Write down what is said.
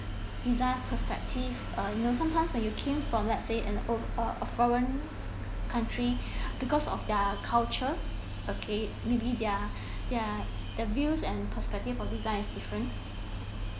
design perspective uh you know sometimes when you come from let's say and old uh a foreign country because of their culture okay maybe their their the views and perspective of design is different